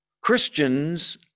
Christians